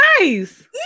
nice